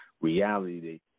reality